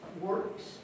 works